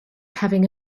having